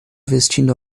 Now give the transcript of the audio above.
vestindo